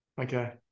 Okay